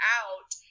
out